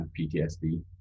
ptsd